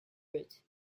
route